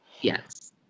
Yes